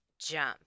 jump